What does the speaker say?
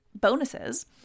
bonuses